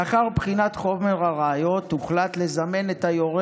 לאחר בחינת חומר הראיות הוחלט לזמן את היורה